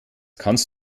kannst